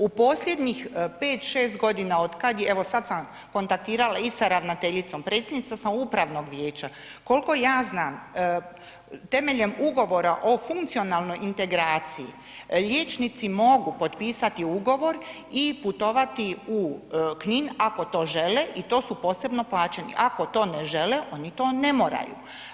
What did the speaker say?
U posljednjih 5, 6 godina otkada je, evo sada sam kontaktirali i sa ravnateljicom, predsjednica sam upravnog vijeća, koliko ja znam, temeljem ugovora o funkcionalnoj integraciji liječnici mogu potpisati ugovor i putovati u Knin ako to žele i to su posebno plaćeni, ako to ne žele oni to ne moraju.